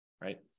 right